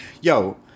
Yo